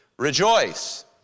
Rejoice